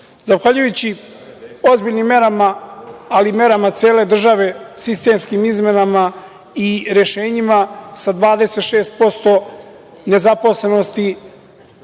završe. Zahvaljujući ozbiljnim merama, ali i merama države, sistemskim izmenama i rešenjima sa 26% nezaposlenosti,